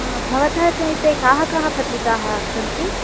भवतः समीपे काः काः पत्रिकाः सन्ति